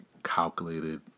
calculated